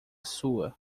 sua